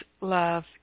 love